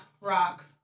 rock